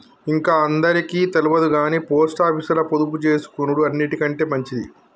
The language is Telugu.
ఇంక అందరికి తెల్వదుగని పోస్టాపీసుల పొదుపుజేసుకునుడు అన్నిటికంటె మంచిది